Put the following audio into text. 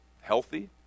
healthy